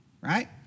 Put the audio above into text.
right